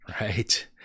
right